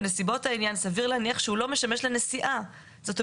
סביר להניח כי הרכב אינו משמש למטרות נסיעה בו",